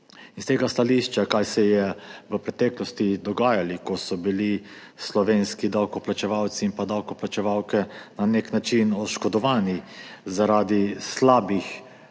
S tega stališča, kaj se je v preteklosti dogajalo, ko so bili slovenski davkoplačevalci in davkoplačevalke na nek način oškodovani zaradi slabih